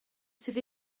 sydd